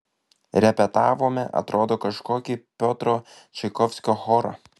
repetavome atrodo kažkokį piotro čaikovskio chorą